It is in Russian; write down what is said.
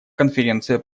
конференция